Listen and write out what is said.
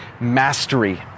mastery